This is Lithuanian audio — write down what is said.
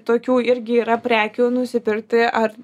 tokių irgi yra prekių nusipirkti ar